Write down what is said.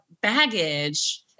baggage